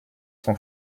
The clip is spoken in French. s’en